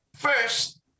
First